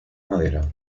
madera